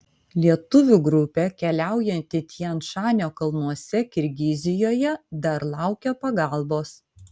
lietuvių grupė keliaujanti tian šanio kalnuose kirgizijoje dar laukia pagalbos